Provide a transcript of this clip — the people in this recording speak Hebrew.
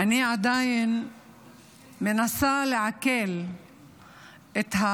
אני עדיין מנסה לעכל את,